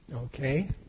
Okay